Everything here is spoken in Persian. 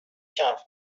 کمپ